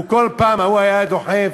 הוא כל פעם היה דוחף,